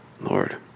Lord